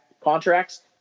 contracts